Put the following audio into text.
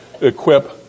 Equip